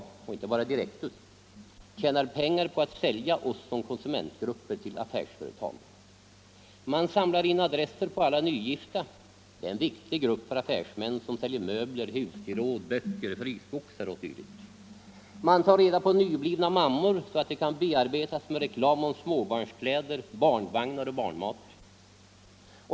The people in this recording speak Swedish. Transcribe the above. Flera företag, inte bara Direktus, tjänar pengar på att sälja = oss som konsumentgrupper till affärsföretagen. Förbud för politiskt Man samlar in adresser på alla nygifta — en viktig grupp för affärsmän = parti att inneha som säljer möbler, husgeråd, böcker, frysboxar osv. Man tar reda på alla — ägarintressen i nyblivna mammor, så att de kan bearbetas med reklam om småbarnskläder, — direktreklamförebarnvagnar och barnmat.